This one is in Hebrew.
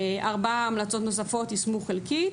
ארבע המלצות נוספות יושמו חלקית,